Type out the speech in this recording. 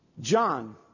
John